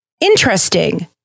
Interesting